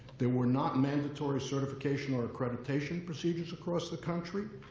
there were not mandatory certification or accreditation procedures across the country.